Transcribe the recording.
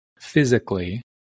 physically